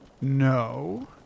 No